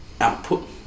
output